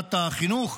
בוועדת החינוך,